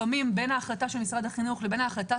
לפעמים בין ההחלטה של משרד החינוך להחלטה